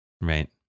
Right